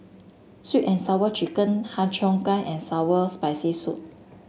sweet and Sour Chicken Har Cheong Gai and sour Spicy Soup